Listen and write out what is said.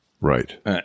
Right